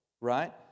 right